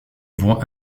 voient